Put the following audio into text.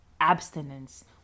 abstinence